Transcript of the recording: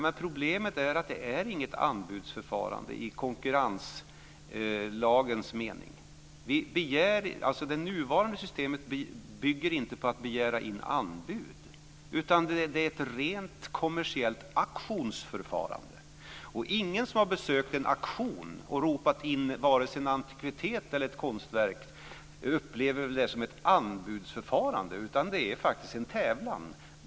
Men problemet är att det inte är något anbudsförfarande i konkurrenslagens mening. Det nuvarande systemet bygger inte på att begära in anbud, utan det är ett rent kommersiellt auktionsförfarande. Ingen som har besökt en auktion och ropat in en antikvitet eller ett konstverk upplever väl det som ett anbudsförfarande. Det är faktiskt en tävlan.